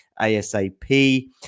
ASAP